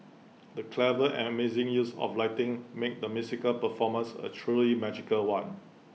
the clever and amazing use of lighting made the musical performance A truly magical one